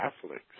Catholics